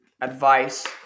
advice